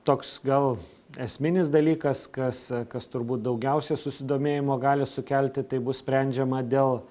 toks gal esminis dalykas kas kas turbūt daugiausia susidomėjimo gali sukelti tai bus sprendžiama dėl